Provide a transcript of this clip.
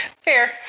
Fair